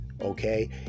okay